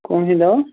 کون سی دوا